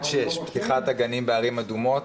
פתיחת גנים לגילאי 0-6 בערים אדומות,